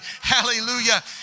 hallelujah